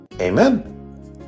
Amen